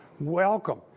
Welcome